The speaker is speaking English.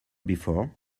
before